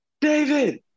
David